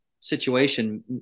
situation